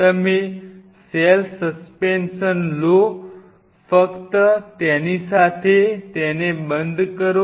તમે cell suspension લો ફક્ત તેની સાથે તેને બંધ કરો